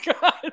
God